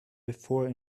before